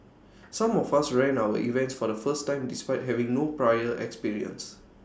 some of us ran our events for the first time despite having no prior experience